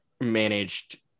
managed